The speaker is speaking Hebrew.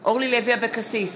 אורלי לוי אבקסיס,